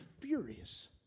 furious